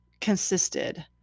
consisted